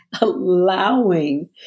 allowing